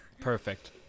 Perfect